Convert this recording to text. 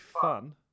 fun